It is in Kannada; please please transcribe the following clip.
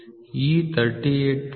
ಈ 38